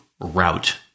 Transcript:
route